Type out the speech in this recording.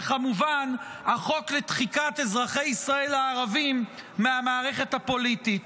וכמובן החוק לדחיקת אזרחי ישראל הערבים מהמערכת הפוליטית.